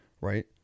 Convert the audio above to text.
right